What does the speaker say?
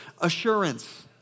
assurance